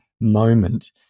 moment